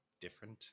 different